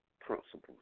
principles